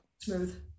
Smooth